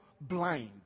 blind